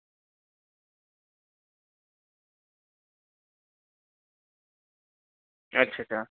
अच्छा अच्छा